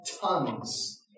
tons